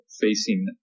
facing